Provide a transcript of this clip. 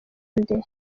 nde